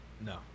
No